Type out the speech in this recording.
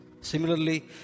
Similarly